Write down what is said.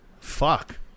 fuck